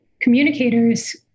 Communicators